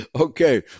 Okay